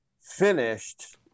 finished